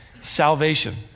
salvation